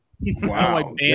Wow